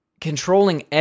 controlling